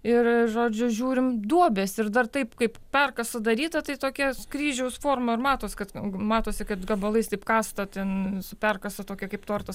ir žodžiu žiūrim duobės ir dar taip kaip parkas sudaryta tai tokias kryžiaus formą ir matos kad matosi kad gabalais taip kasta ten su perkasa tokia kaip torto